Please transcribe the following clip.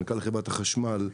מנכ"ל חברת החשמל,